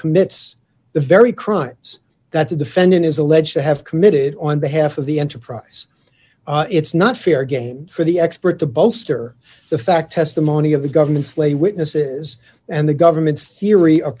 commits the very crimes that the defendant is alleged to have committed on behalf of the enterprise it's not fair game for the expert to bolster the fact testimony of the government's lay witnesses and the government's theory o